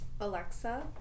Alexa